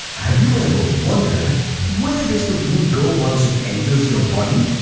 have you ever wondered where does the food go, once it enters your body?